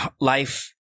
life